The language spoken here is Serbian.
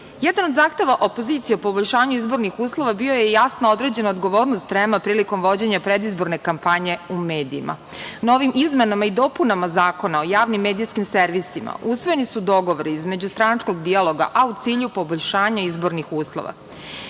od zahteva opozicije o poboljšanju izbornih uslova bio je jasno određena odgovornost REM-a prilikom vođenja predizborne kampanje u medijima. Novim izmenama i dopunama Zakona o javnim medijskim servisima usvojeni su dogovori između stranačkog dijaloga, a u cilju poboljšanja izbornih uslova. Izmene